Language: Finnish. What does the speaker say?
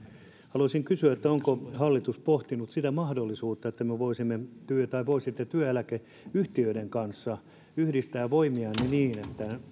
haluaisin kysyä onko hallitus pohtinut sitä mahdollisuutta että voisitte työeläkeyhtiöiden kanssa yhdistää voimianne niin että